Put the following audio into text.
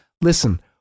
Listen